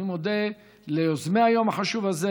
אני מודה ליוזמי היום החשוב הזה.